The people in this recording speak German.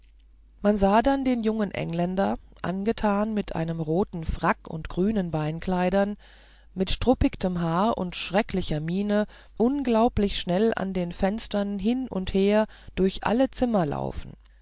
man sah dann den jungen engländer angetan mit einem roten frack und grünen beinkleidern mit struppigtem haar und schrecklicher miene unglaublich schnell an den fenstern hin und her durch alle zimmer laufen